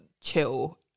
chill